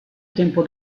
tempo